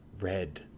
Red